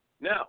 Now